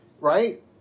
right